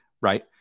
right